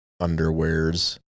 underwears